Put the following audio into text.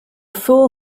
fool